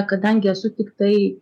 kadangi esu tiktai